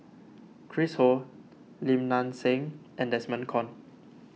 Chris Ho Lim Nang Seng and Desmond Kon